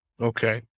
Okay